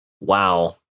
Wow